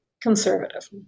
conservative